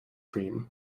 cream